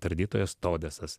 tardytojas todesas